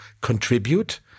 contribute